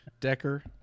Decker